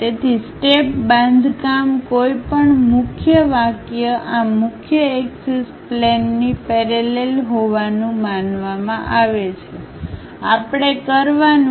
તેથી સ્ટેપ બાંધકામ કોઈપણ મુખ્ય વાક્ય આ મુખ્ય એક્સિસ પ્લેન ની પેરેલલ હોવાનું માનવામાં આવે છે આપણે કરવાનું છે